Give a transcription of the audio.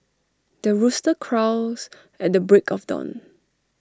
the rooster crows at the break of dawn